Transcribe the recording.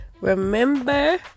remember